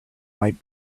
might